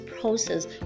process